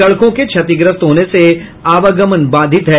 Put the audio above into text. सड़कों के क्षतिग्रस्त होने से आवागमन बाधित है